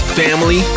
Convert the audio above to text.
family